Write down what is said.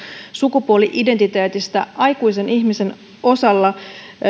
sukupuoli identiteetistään aikuisen ihmisen osalta